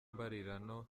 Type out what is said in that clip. mbarirano